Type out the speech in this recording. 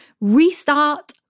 Restart